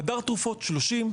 חדר תרופות 30,